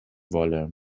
wolle